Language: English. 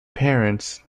parents